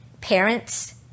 parents